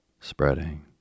spreading